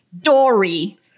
dory